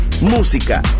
música